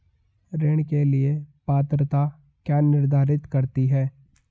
ऋण के लिए पात्रता क्या निर्धारित करती है?